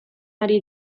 ari